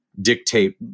dictate